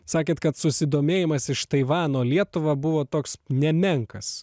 sakėt kad susidomėjimas iš taivano lietuva buvo toks nemenkas